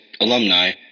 alumni